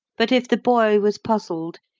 but if the boy was puzzled,